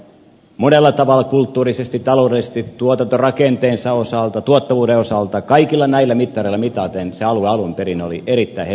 monella tavalla kulttuurisesti taloudellisesti tuotantorakenteensa osalta tuottavuuden osalta kaikilla näillä mittareilla mitaten se alue alun perin oli erittäin heterogeeninen alue